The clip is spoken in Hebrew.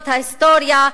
את ההיסטוריה,